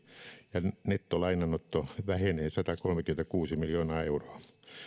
ja nettolainanotto vähenee satakolmekymmentäkuusi miljoonaa euroa